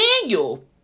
Daniel